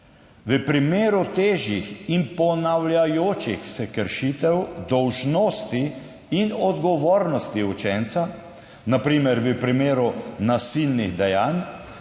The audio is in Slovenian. v primeru težjih in ponavljajočih se kršitev dolžnosti in odgovornosti učenca, na primer v primeru nasilnih dejanj,